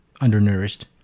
Undernourished